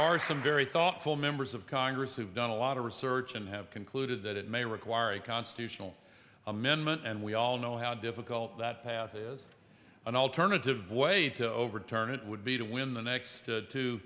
are some very thoughtful members of congress who've done a lot of research and have concluded that it may require a constitutional amendment and we all know how difficult that path is an alternative way to overturn it would be to win the next two